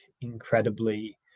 incredibly